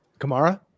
Kamara